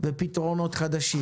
ופתרונות חדשים.